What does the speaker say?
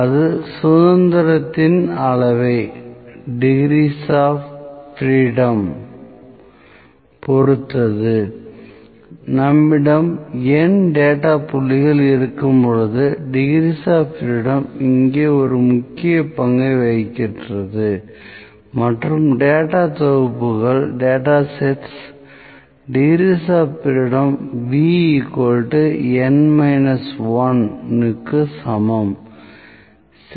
அது சுதந்திரத்தின் அளவை டிக்ரீஸ் ஆப் பிரீடம்ஐ degrees of freedom பொறுத்தது நம்மிடம் N டேட்டா புள்ளிகள் இருக்கும்போது டிக்ரீஸ் ஆப் பிரீடம் இங்கே ஒரு முக்கிய பங்கை வகிக்கிறது மற்றும் டேட்டா தொகுப்புகள் degrees of freedom V N 1 க்கு சமம்